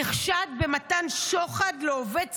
שנחשד במתן שוחד לעובד ציבור,